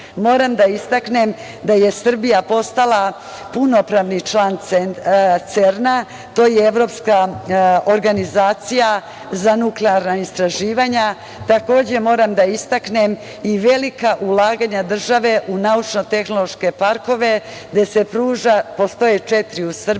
da istaknem da je Srbija postala punopravni član CERN-a. To je evropska organizacija za nuklearna istraživanja. Takođe, moram da istaknem i velika ulaganja države u naučno-tehnološke parkove. Postoje četiri u Srbiji